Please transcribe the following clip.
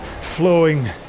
flowing